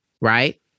right